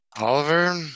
Oliver